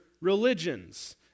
religions